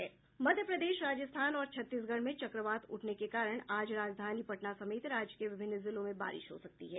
मध्य प्रदेश राजस्थान और छत्तीसगढ़ में चक्रवात उठने के कारण आज राजधानी पटना समेत राज्य के विभिन्न जिलों में बारिश हो सकती है